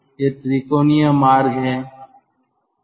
ये त्रिकोणीय मार्ग हैं